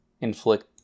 inflict